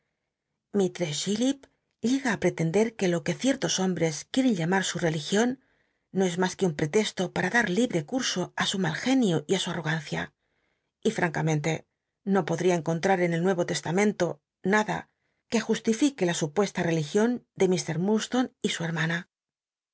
mistress chillip llega pretender que lo qu e ciertos hombres quieren llamar su religion no es mas que un pretesto para dat libte cmso ü su mal enio y su arrogancia y francamcnle no podl ia d encontrar en el nuero testamento nada que jusllllque la supuesta religion de mr i'l lurdstone y de su herm